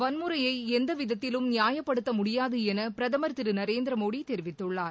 வன்முறையை எந்தவிதத்திலும் நியாயப்படுத்த முடியாது என பிரதமர் திரு நநரேந்திரமோடி தெரிவித்துள்ளார்